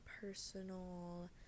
personal